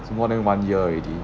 it's more than one year already